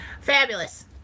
Fabulous